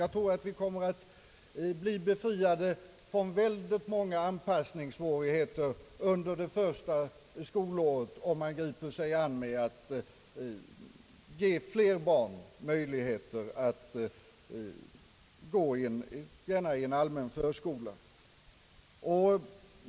Jag tror vi blir befriade från många anpassningssvårigheter under det första skolåret genom att ge fler barn möjlighet att gå i en allmän förskola.